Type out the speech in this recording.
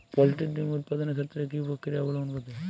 Poultry ডিম উৎপাদনের ক্ষেত্রে কি পক্রিয়া অবলম্বন করতে হয়?